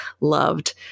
loved